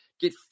Get